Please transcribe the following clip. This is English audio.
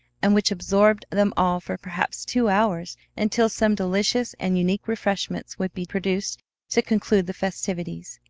and which absorbed them all for perhaps two hours until some delicious and unique refreshments would be produced to conclude the festivities.